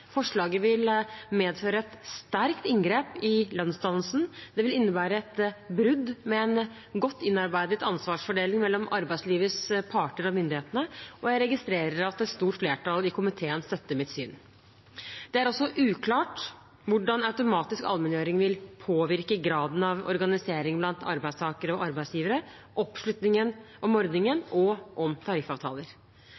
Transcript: Forslaget vil medføre et sterkt inngrep i lønnsdannelsen, og det vil innebære et brudd med en godt innarbeidet ansvarsfordeling mellom arbeidslivets parter og myndighetene. Jeg registrerer at et stort flertall i komiteen støtter mitt syn. Det er også uklart hvordan automatisk allmenngjøring vil påvirke graden av organisering blant arbeidstakere og arbeidsgivere og oppslutningen om ordningen